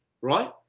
right